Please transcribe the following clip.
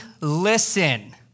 listen